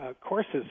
courses